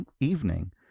evening